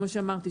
כמו שאמרתי,